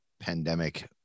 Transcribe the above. pandemic